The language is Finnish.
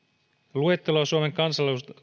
luetteloa suomen